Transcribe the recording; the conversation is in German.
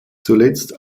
zuletzt